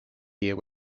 here